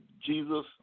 Jesus